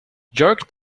jerk